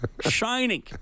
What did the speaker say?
shining